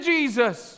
Jesus